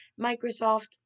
Microsoft